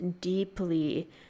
deeply